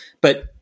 But-